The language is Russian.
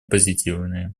позитивные